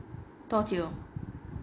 多久